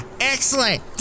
excellent